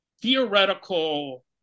theoretical